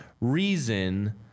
reason